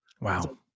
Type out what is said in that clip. Wow